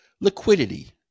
liquidity